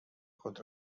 خود